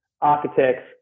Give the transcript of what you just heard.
architects